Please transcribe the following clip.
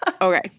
Okay